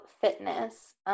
fitness